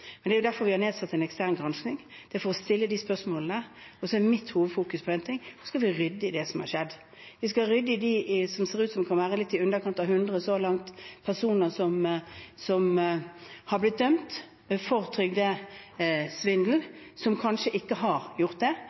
men det er derfor vi har nedsatt en ekstern gransking. Det er for å stille de spørsmålene. Mitt hovedfokus er på én ting: Nå skal vi rydde i det som har skjedd. Vi skal rydde i det som så langt ser ut til å kunne være litt i underkant av 100 personer som har blitt dømt for trygdesvindel, som kanskje ikke har gjort det.